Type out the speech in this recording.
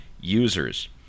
users